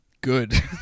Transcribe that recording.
Good